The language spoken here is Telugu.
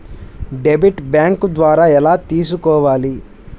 డెబిట్ బ్యాంకు ద్వారా ఎలా తీసుకోవాలి?